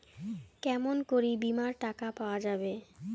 কেমন করি বীমার টাকা পাওয়া যাবে?